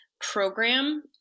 program